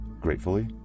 Gratefully